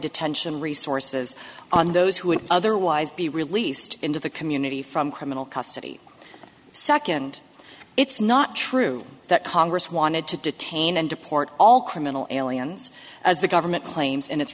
detention resources on those who would otherwise be released into the community from criminal custody second it's not true that congress wanted to detain and deport all criminal aliens as the government claims in it